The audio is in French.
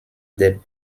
des